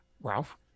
ralph